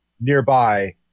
nearby